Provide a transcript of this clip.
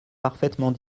parfaitement